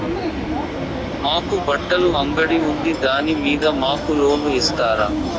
మాకు బట్టలు అంగడి ఉంది దాని మీద మాకు లోను ఇస్తారా